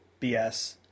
BS